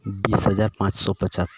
ᱵᱤᱥ ᱦᱟᱡᱟᱨ ᱯᱟᱸᱪᱥᱚ ᱯᱚᱪᱟᱛᱛᱳᱨ